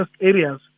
areas